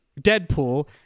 Deadpool